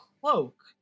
cloak